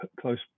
close